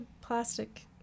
plastic